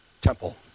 temple